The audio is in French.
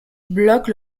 bloque